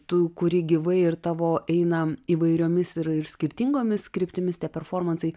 tu kuri gyvai ir tavo eina įvairiomis ir ir skirtingomis kryptimis performansai